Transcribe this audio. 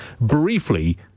briefly